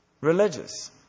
Religious